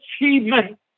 achievement